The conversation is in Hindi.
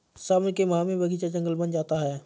सावन के माह में बगीचा जंगल बन जाता है